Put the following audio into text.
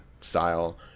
style